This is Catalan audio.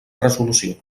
resolució